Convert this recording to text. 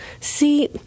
See